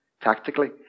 tactically